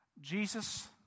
Jesus